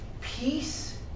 peace